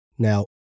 Now